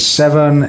seven